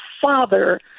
father